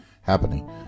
happening